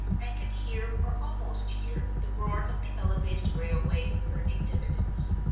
and can hear or almost hear the roar of the elevated railway, earning dividends.